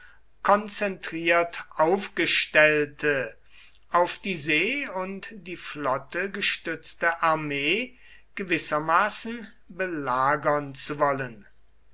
konzentriert aufgestellte auf die see und die flotte gestützte armee gewissermaßen belagern zu wollen